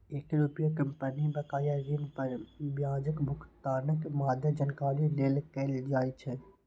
एकर उपयोग कंपनी बकाया ऋण पर ब्याजक भुगतानक मादे जानकारी लेल कैल जाइ छै